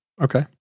Okay